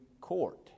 Court